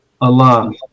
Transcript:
Allah